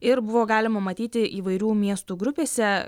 ir buvo galima matyti įvairių miestų grupėse